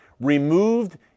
removed